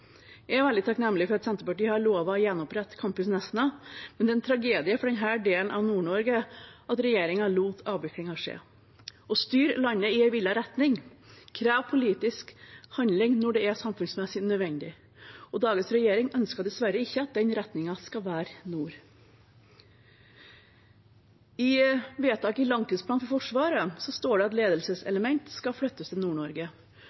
Jeg er veldig takknemlig for at Senterpartiet har lovt å gjenopprette Campus Nesna, men det er en tragedie for denne delen av Nord-Norge at regjeringen lot avviklingen skje. Å styre landet i en villet retning krever politisk handling når det er samfunnsmessig nødvendig, og dagens regjering ønsker dessverre ikke at den retningen skal være nord. I forslag til vedtak i langtidsplanen for Forsvaret står det at ledelseselement skal flyttes til